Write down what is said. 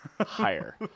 higher